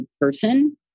person